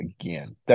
again